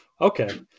Okay